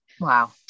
wow